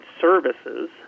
services